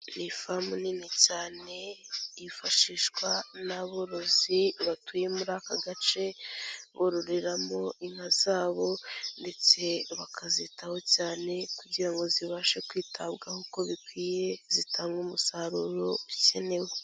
Ni ifamu nini cyane yifashishwa n'aborozi batuye muri aka gace, bororeramo inka zabo ndetse bakazitaho cyane kugira ngo zibashe kwitabwaho uko bikwiye zitange umusaruro ukenewe.